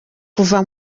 kuva